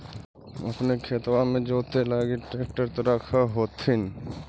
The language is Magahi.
अपने खेतबा मे जोते लगी ट्रेक्टर तो रख होथिन?